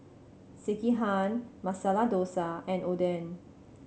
Sekihan Masala Dosa and Oden